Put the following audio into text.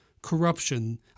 Corruption